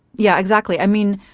yeah, exactly, i mean,